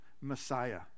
Messiah